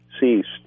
ceased